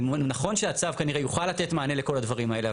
נכון שהצו כנראה יוכל לתת מענה לכל הדברים האלה.